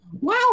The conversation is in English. Wow